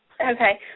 Okay